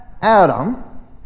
Adam